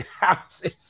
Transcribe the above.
Houses